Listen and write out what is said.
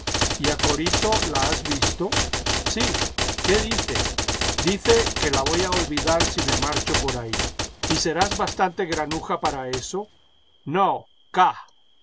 a corito la has visto í vsí qué dice í dice que la voy a olvidar si me marcho por ahí y serás bastante granuja para eso ínoi ica